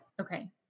okay